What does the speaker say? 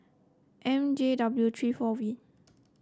M J W three four V